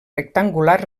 rectangular